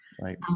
Right